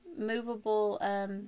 movable